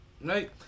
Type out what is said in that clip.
right